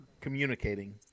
communicating